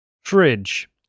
Fridge